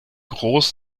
groß